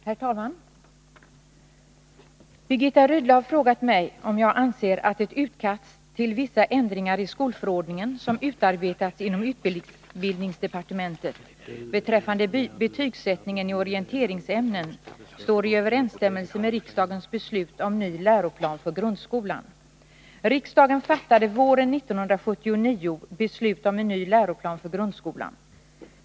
Herr talman! Birgitta Rydle har frågat mig om jag anser att ett utkast till vissa ändringar i skolförordningen som utarbetats inom utbildningsdepartementet beträffande betygssättningen i orienteringsämnen står i överensstämmelse med riksdagens beslut om ny läroplan för grundskolan. Riksdagen fattade våren 1979 beslut om en ny läroplan för grundskolan .